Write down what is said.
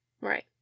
Right